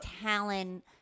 talent-